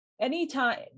Anytime